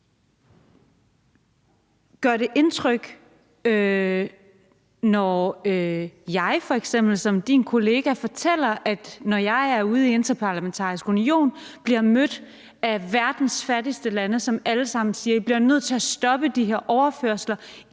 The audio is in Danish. gør det indtryk, når jeg f.eks. som din kollega fortæller, at jeg i Den Interparlamentariske Union bliver mødt af verdens fattigste lande, som alle sammen siger: I bliver nødt til at stoppe de her overførsler;